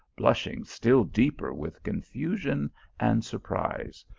blushing still deeper with confusion and surprise,